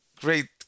great